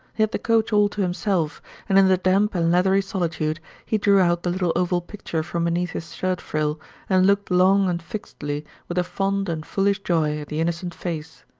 he had the coach all to himself, and in the damp and leathery solitude he drew out the little oval picture from beneath his shirt frill and looked long and fixedly with a fond and foolish joy at the innocent face,